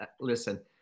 Listen